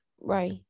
Right